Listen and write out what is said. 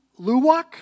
Luwak